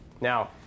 Now